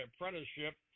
apprenticeship